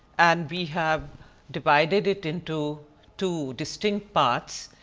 and we have divided it into two distinct parts.